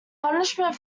punishment